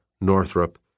Northrop